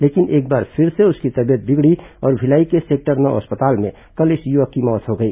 लेकिन एक बार फिर से उसकी तबीयत बिगड़ी और भिलाई के सेक्टर नौ अस्पताल में कल इस युवक की मौत हो गई